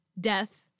Death